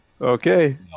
Okay